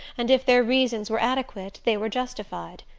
and if their reasons were adequate they were justified.